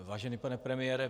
Vážený pane premiére.